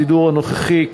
בסידור הנוכחי,